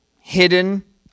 hidden